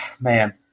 Man